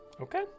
Okay